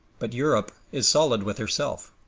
but europe is solid with herself.